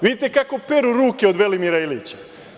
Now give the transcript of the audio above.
Vidite kako peru ruke od Velimira Ilića.